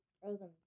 frozen